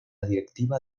directiva